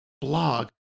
blog